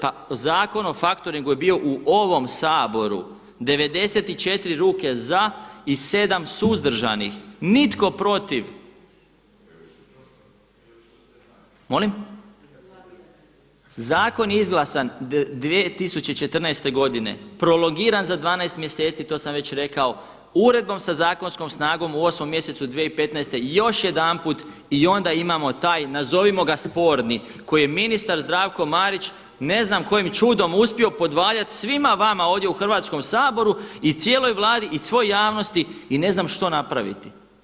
Pa Zakon o faktoringu je bio u ovom Saboru 94 ruke za i 7 suzdržanih, nitko protiv. … [[Upadica se ne čuje.]] Molim? … [[Upadica se ne čuje.]] Zakon je izglasan 2014. godine, prolongiran za 12 mjeseci, to sam već rekao, uredbom sa zakonskom snagom u 8 mjesecu 2015., još jedanput i onda imamo taj nazovimo ga sporni koji je ministar Zdravko Marić, ne znam kojim čudom uspio podvaliti svima vama ovdje u Hrvatskom saboru i cijeloj Vladi i svoj javnosti i ne znam što napraviti.